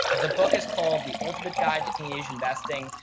the book is called the ultimate guide to teenage investing.